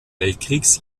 weltkriegs